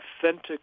authentic